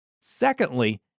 Secondly